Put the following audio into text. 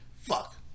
fuck